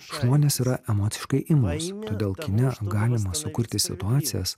žmonės yra emociškai imlūs todėl kine galima sukurti situacijas